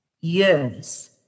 years